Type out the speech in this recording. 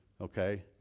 Okay